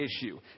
issue